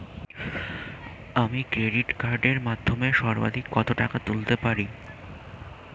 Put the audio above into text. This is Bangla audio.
আমি ক্রেডিট কার্ডের মাধ্যমে সর্বাধিক কত টাকা তুলতে পারব?